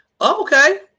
Okay